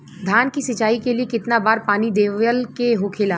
धान की सिंचाई के लिए कितना बार पानी देवल के होखेला?